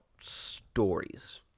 stories